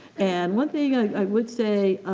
and, one thing i would say